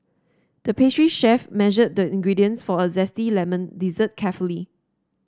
the pastry chef measured the ingredients for a zesty lemon dessert carefully